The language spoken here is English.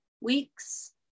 weeks